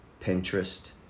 Pinterest